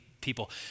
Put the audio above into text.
people